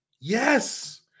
Yes